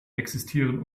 existieren